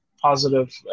positive